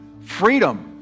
Freedom